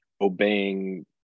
obeying